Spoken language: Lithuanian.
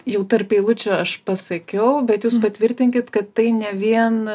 jau tarp eilučių aš pasakiau bet jūs patvirtinkit kad tai ne vien